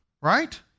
right